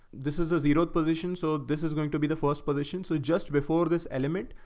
this is the zeroed position. so this is going to be the first position. so just before this element,